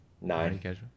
nine